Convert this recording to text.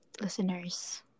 listeners